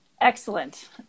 Excellent